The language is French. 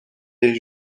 est